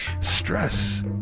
Stress